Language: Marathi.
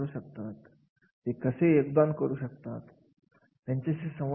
आता या अवलोकनाच्या आधारे कार्याचे वर्णन तयार केले जाते